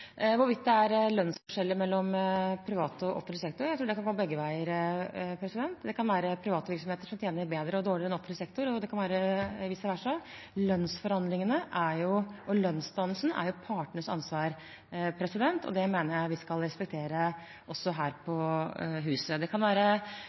Hvorvidt det er lønnsforskjeller mellom privat og offentlig sektor – jeg tror det kan gå begge veier. Det kan være private virksomheter der man tjener bedre eller dårligere enn i offentlig sektor, og vice versa. Lønnsforhandlingene og lønnsdannelsen er jo partenes ansvar, og det mener jeg vi skal respektere også her på